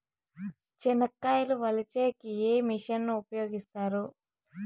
చెనక్కాయలు వలచే కి ఏ మిషన్ ను ఉపయోగిస్తారు?